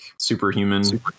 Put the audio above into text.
superhuman